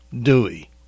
Dewey